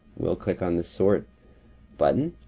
we'll click on the sort button.